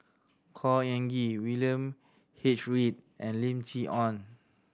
Khor Ean Ghee William H Read and Lim Chee Onn